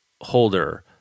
holder